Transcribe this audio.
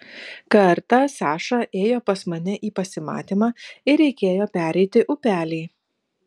kartą saša ėjo pas mane į pasimatymą ir reikėjo pereiti upelį